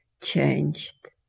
changed